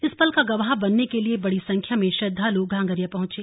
इस पल का गवाह बनने के लिए बड़ी संख्या में श्रद्वालु घांघरिया पहुंचे